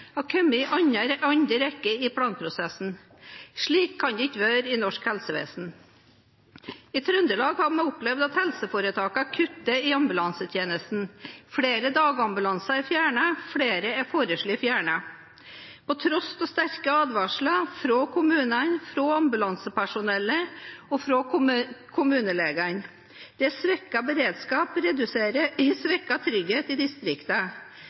har kommet i andre rekke i planprosessen. Slik kan det ikke være i norsk helsevesen. I Trøndelag har vi opplevd at helseforetakene kutter i ambulansetjenesten. Flere dagambulanser er fjernet, og flere er foreslått fjernet, på tross av sterke advarsler fra kommunene, fra ambulansepersonellet og fra kommunelegene. Det svekker beredskapen og fører til svekket trygghet i